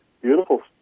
beautiful